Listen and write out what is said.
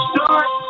Start